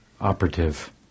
operative